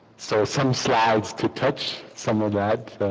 so some slides to touch some of that.